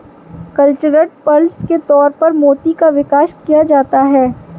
cultured pearls के तौर पर मोती का विकास किया जाता है